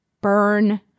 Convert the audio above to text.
burn